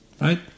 Right